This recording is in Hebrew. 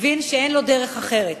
הבין שאין לו דרך אחרת.